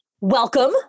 welcome